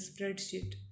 spreadsheet